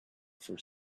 for